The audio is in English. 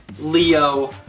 Leo